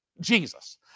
Jesus